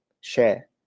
share